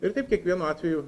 ir taip kiekvienu atveju